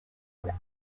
where